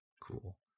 Cool